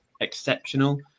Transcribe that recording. exceptional